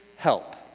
help